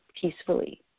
peacefully